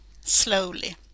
slowly